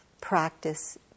practice